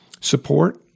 support